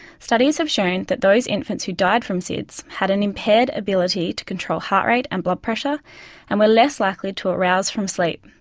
studies have shown that those infants who died from sids had an impaired ability to control heart rate and blood pressure and were less likely to arouse from sleep,